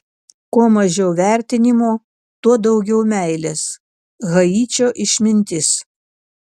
kuo mažiau vertinimo tuo daugiau meilės haičio išmintis